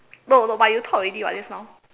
no no but you talk already [what] just now